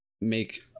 make